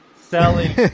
selling